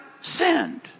sinned